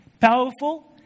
Powerful